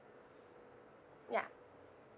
ya